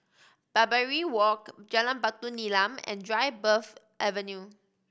Barbary Walk Jalan Batu Nilam and Dryburgh Avenue